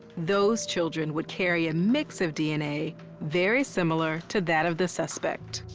those children would carry a mix of dna very similar to that of the suspect.